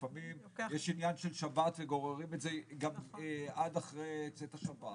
לפעמים יש עניין של שבת וגוררים את זה גם עד אחרי צאת השבת.